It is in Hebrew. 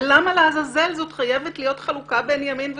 למה לעזאזל זו חייבת להיות חלוקה בין ימין ושמאל?